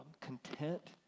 content